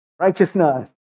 righteousness